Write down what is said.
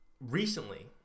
recently